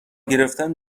گرفتن